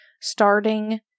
starting